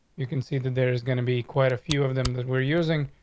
you can see that there's gonna be quite a few of them that we're using.